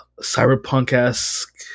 cyberpunk-esque